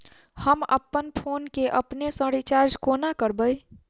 हम अप्पन फोन केँ अपने सँ रिचार्ज कोना करबै?